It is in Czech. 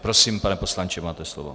Prosím, pane poslanče, máte slovo.